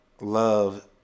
love